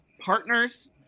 Partners